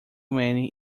many